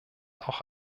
auch